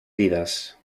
vidas